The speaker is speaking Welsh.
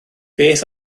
beth